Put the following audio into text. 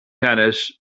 tennis